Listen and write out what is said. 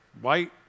white